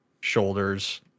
shoulders